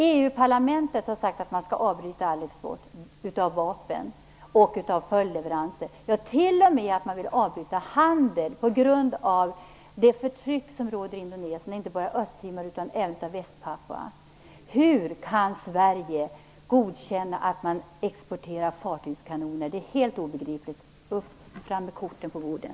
EU-parlamentet har sagt att man skall avbryta all export av vapen och följdleveranser. Man vill t.o.m. avbryta handel på grund av det förtryck som råder i Indonesien, inte bara av Östtimor utan även av Västpapua. Hur kan Sverige godkänna att man exporterar fartygskanoner? Det är helt obegripligt. Korten på bordet!